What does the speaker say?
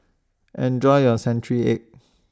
Enjoy your Century Egg